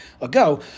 ago